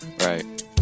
Right